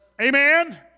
Amen